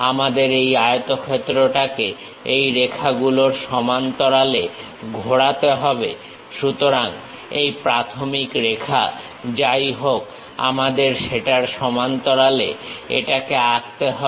আমাদের এই আয়তক্ষেত্রটাকে এই রেখাগুলোর সমান্তরালে ঘোরাতে হবে সুতরাং এই প্রাথমিক রেখা যাইহোক আমাদের সেটার সমান্তরালে এটাকে আঁকতে হবে